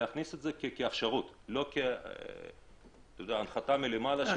להכניס את זה כאפשרות לא כהנחתה מלמעלה של